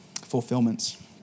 fulfillments